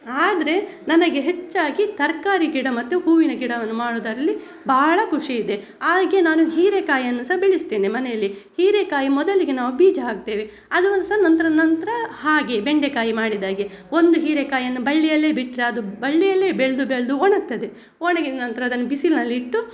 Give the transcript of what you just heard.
ಆದರೆ ನನಗೆ ಹೆಚ್ಚಾಗಿ ತರಕಾರಿ ಗಿಡ ಮತ್ತೆ ಹೂವಿನ ಗಿಡವನ್ನು ಮಾಡೋದ್ರಲ್ಲಿ ಭಾಳ ಖುಷಿ ಇದೆ ಆಗೆ ನಾನು ಹೀರೇಕಾಯನ್ನು ಸಹ ಬೆಳೆಸ್ತೇನೆ ಮನೆಲ್ಲಿ ಹೀರೆಕಾಯಿ ಮೊದಲಿಗೆ ನಾವು ಬೀಜ ಹಾಕ್ತೇವೆ ಅದೊಂದು ಸಹ ನಂತರ ನಂತರ ಹಾಗೆ ಬೆಂಡೆಕಾಯಿ ಮಾಡಿದಾಗೆ ಒಂದು ಹೀರೇಕಾಯಿಯನ್ನು ಬಳ್ಳಿಯಲ್ಲೆ ಬಿಟ್ಟರೆ ಅದು ಬಳ್ಳಿಯಲ್ಲೆ ಬೆಳೆದು ಬೆಳೆದು ಒಣಗ್ತದೆ ಒಣಗಿದ ನಂತರ ಅದನ್ನು ಬಿಸಿಲ್ನಲ್ಲಿ ಇಟ್ಟು